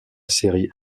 série